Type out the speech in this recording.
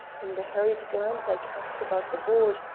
in the hurried glance i cast about the board,